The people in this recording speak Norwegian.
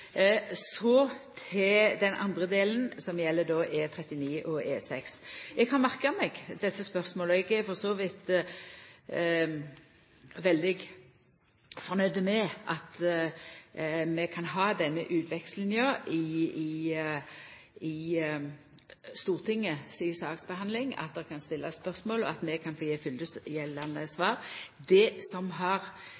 Så til den andre delen, som gjeld E39 og E6: Eg har merka meg desse spørsmåla, og eg er for så vidt veldig fornøgd med at vi kan ha denne utvekslinga under saksbehandlinga i Stortinget – at ein kan stilla spørsmål, og at vi kan gje